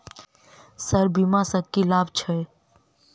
Sir बीमा सँ की लाभ छैय?